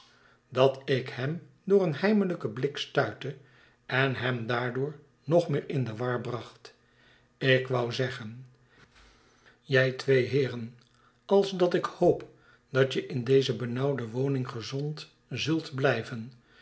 dat ik hem door een heimelijken blik stuite en hem daardoor nog meer in de war bracht ik wou zeggen jij twee heeren als dat hvhoop dat je in deze benauwde woning gezond zult blijven